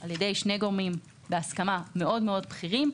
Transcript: בהסכמה על ידי שני גורמים מאוד מאוד בכירים,